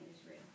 Israel